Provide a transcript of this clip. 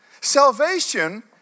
salvation